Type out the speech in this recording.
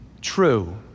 True